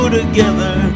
together